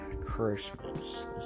Christmas